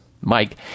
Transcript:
Mike